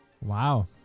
Wow